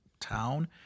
town